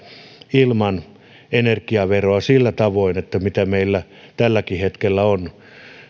ilman energiaveroa sillä tavoin kuin meillä tälläkin hetkellä on